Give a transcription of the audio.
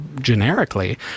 generically